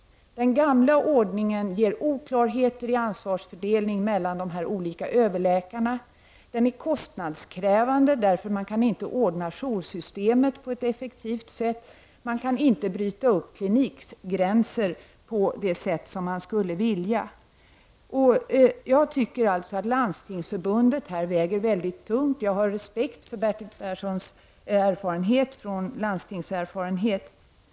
Den gamla ordningen skapar oklarheter i ansvarsfördelningen mellan de olika överläkarna. Den är kostnadskrävande, eftersom joursystemet inte går att ordna på ett effektivt sätt. Det går inte att bryta upp klinikgränser på det sätt som man skulle vilja. Jag tycker att det Landstingsförbundet har sagt väger tungt. Jag har respekt för Bertil Perssons landstingserfarenhet.